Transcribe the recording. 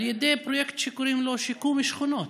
על ידי פרויקט שקוראים לו שיקום שכונות.